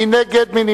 מי נגד?